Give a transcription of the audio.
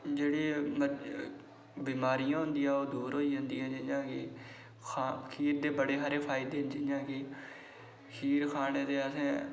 जेह्ड़ियां बमारियां होंदियां ओह् दूर होई जंदियां जियां की खीर दे बड़े सारे फायदे होंदे जियां कि खीर खाने दे असें